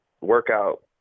workout